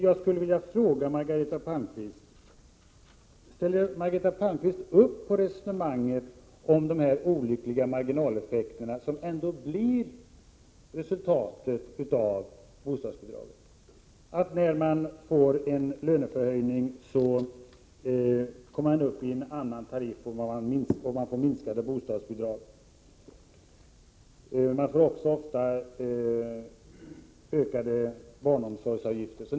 Jag skulle vilja fråga Margareta Palmqvist om hon ställer upp på resonemanget om de olyckliga marginaleffekter som ändå blir resultatet av bostadsbidraget. När man får en löneförhöjning, kommer man upp i en annan tariff och får en minskning av sina bostadsbidrag. Dessutom ökar ofta barnomsorgsavgifterna.